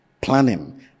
planning